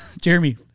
Jeremy